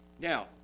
Now